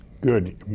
Good